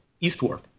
eastward